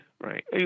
right